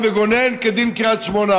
דין להבות הבשן וגונן כדין קריית שמונה